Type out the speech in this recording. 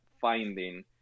finding